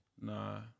Nah